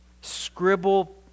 scribble